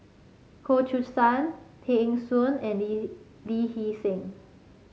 Goh Choo San Tay Eng Soon and Lee Hee Lee Hee Seng